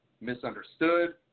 misunderstood